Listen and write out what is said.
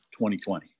2020